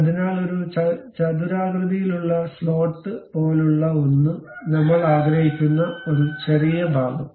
അതിനാൽ ഒരു ചതുരാകൃതിയിലുള്ള സ്ലോട്ട് പോലുള്ള ഒന്ന് നമ്മൾ ആഗ്രഹിക്കുന്ന ഒരു ചെറിയ ഭാഗം